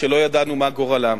שלא ידענו מה גורלם